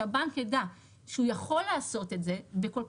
שהבנק יידע שהוא יכול לעשות את זה בכל